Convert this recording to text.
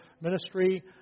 ministry